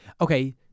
Okay